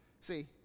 see